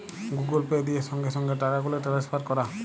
Google Pay দিয়ে সংগে সংগে টাকাগুলা টেলেসফার ক্যরা